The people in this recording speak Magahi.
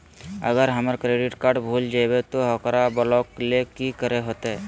अगर हमर क्रेडिट कार्ड भूल जइबे तो ओकरा ब्लॉक लें कि करे होते?